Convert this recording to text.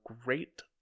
great